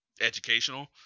educational